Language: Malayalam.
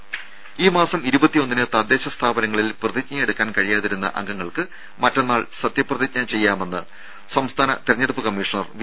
രും മാസം ഈ പ്രതിജ്ഞയെടുക്കാൻ കഴിയാതിരുന്ന അംഗങ്ങൾക്ക് മറ്റന്നാൾ സത്യപ്രതിജ്ഞ ചെയ്യാമെന്ന് സംസ്ഥാന തെരഞ്ഞെടുപ്പ് കമ്മീഷണർ വി